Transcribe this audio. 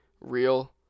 real